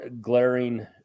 glaring –